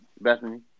Bethany